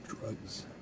Drugs